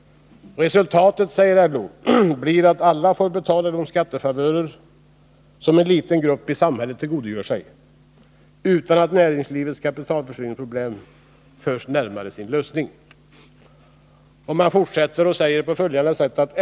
Resultatet blir att alla får betala de skattefavörer som en liten grupp i samhället tillgodogör sig, utan att näringslivets kapitalförsörjningsproblem förs närmare sin lösning.